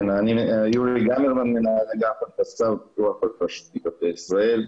אני מנהל אגף הנדסה ופיתוח תשתיות בישראל.